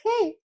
okay